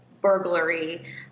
burglary